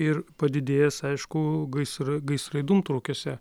ir padidėjęs aišku gaisra gaisrai dūmtraukiuose